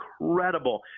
incredible